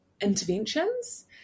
interventions